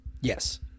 Yes